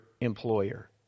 employer